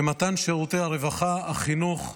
במתן שירותי הרווחה, החינוך,